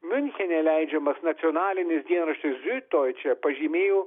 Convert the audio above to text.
miunchene leidžiamas nacionalinis dienraštis ziudoiče pažymėjo